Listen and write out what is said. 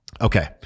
Okay